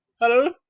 Hello